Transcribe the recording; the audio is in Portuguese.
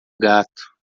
gato